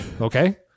Okay